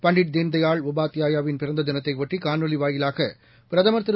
பண்டிட் தீன்தயாள் உபாத்தியாயா வின் பிறந்த தினத்தையொட்டி காணொலி வாயிலாக பிரதமர் திரு